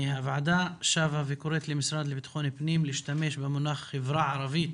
הוועדה ושבה וקוראת למשרד לבטחון פנים להשתמש במונח חברה ערבית